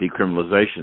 decriminalization